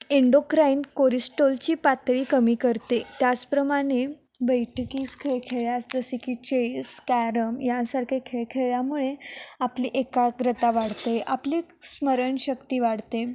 endocrine कोरिस्टॉलची पातळी कमी करते त्याचप्रमाणे बैठकी खेळ खेळल्यास जसे की चेस कॅरम यांसारखे खेळ खेळल्यामुळे आपली एकाग्रता वाढते आपली स्मरणशक्ती वाढते